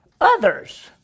others